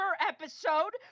episode